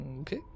Okay